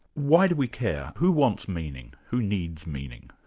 why do we care? who wants meaning? who needs meaning?